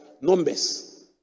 numbers